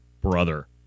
brother